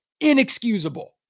inexcusable